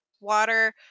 water